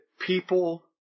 People